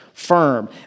firm